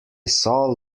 saw